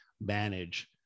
manage